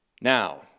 Now